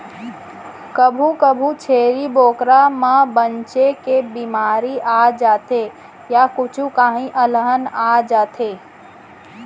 कभू कभू छेरी बोकरा म बनेच के बेमारी आ जाथे य कुछु काही अलहन आ जाथे